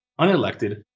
unelected